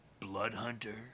Bloodhunter